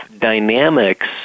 dynamics